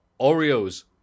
Oreos